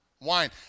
Wine